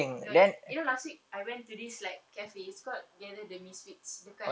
then you know last week I went to this like cafes called gather the misfits dekat